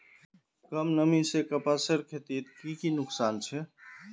कम नमी से कपासेर खेतीत की की नुकसान छे?